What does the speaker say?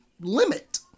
limit